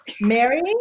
Mary